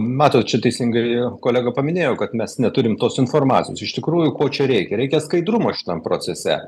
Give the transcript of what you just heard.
matot čia teisingai kolega paminėjo kad mes neturim tos informacijos iš tikrųjų ko čia reikia reikia skaidrumo šitam procese